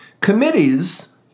Committees